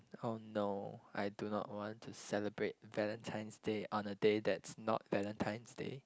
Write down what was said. oh no I do not want to celebrate Valentine's Day on a day that's not Valentine's Day